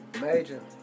Major